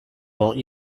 won’t